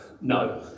No